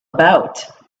about